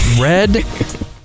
red